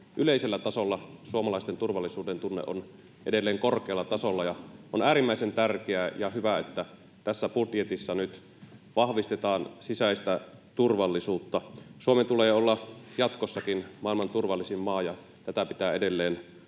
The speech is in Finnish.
yleisellä tasolla suomalaisten turvallisuudentunne on edelleen korkealla tasolla. On äärimmäisen tärkeää ja hyvä, että tässä budjetissa nyt vahvistetaan sisäistä turvallisuutta. Suomen tulee olla jatkossakin maailman turvallisin maa, ja tätä pitää edelleen